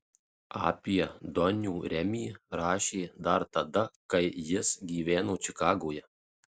apie donių remį rašė dar tada kai jis gyveno čikagoje